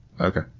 Okay